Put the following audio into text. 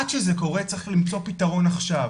עד שזה קורה צריך למצוא פתרון עכשיו.